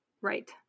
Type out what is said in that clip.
Right